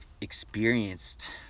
experienced